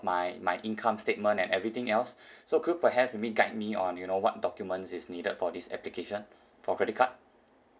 my my income statement and everything else so could perhaps maybe guide me on you know what documents is needed for this application for credit card